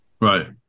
Right